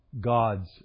God's